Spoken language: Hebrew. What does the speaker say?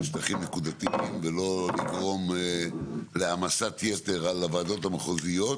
בשטחים נקודתיים ולא לגרום להעמסת יתר על הוועדות המחוזיות.